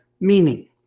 meaning